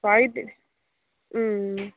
ம்